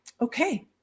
okay